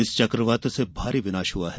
इस चक्रवात से भारी विनाश हआ है